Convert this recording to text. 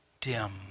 dim